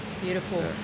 Beautiful